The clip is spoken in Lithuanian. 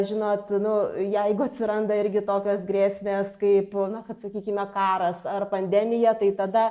žinot nu jeigu atsiranda irgi tokios grėsmės kaip na kad sakykime karas ar pandemija tai tada